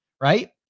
right